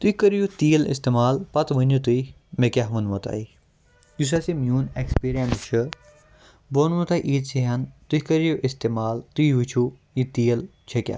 تُہۍ کٔرِو یہِ تیٖل اِستعمال پَتہٕ ؤنِو تُہۍ مےٚ کیاہ ووٚنوٕ تۄہہِ ہُس حظ یہِ میون ایٚکسپیٖریَنس چھُ بہٕ وَنوٕ تۄہہِ ییٖژی ہٕن تُہۍ کٔرِو یہِ اِستعمال تُہۍ وٕچھِو یہِ تیٖل چھےٚ کیاہ